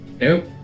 Nope